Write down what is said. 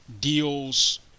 deals